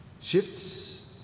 shifts